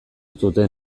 zuten